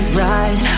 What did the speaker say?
ride